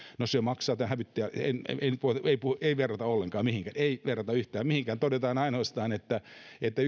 no se maksaa tämä hävittäjä ei nyt verratakaan ollenkaan mihinkään ei verrata yhtään mihinkään vaan todetaan ainoastaan että että